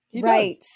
right